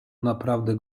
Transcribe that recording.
naprawdę